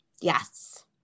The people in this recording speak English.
Yes